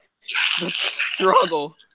struggle